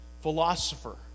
philosopher